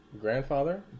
grandfather